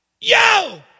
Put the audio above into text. Yo